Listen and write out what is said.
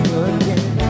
again